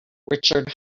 richard